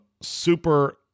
super